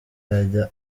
yajya